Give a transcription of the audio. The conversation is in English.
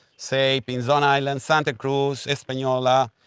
say pinzon island, santa cruz, espanola,